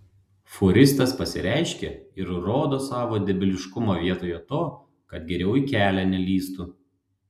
fūristas pasireiškė ir rodo savo debiliškumą vietoje to kad geriau į kelią nelįstų